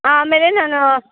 ಆಮೇಲೆ ನಾನು